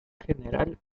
general